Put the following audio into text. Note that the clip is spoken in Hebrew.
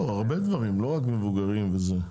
לא הרבה דברים, לא רק מבוגרים וזה,